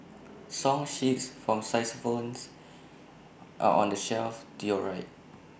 song sheets for xylophones are on the shelf to your right